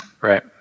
right